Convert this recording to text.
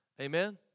Amen